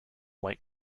white